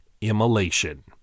immolation